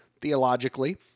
theologically